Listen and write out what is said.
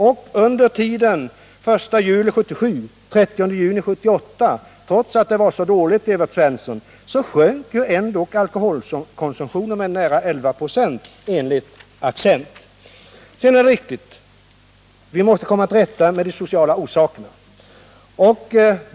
trots att förslaget enligt Evert Svensson var så dåligt — med nära 11 96, enligt Accent. Det är riktigt att vi måste komma till rätta med de sociala orsakerna.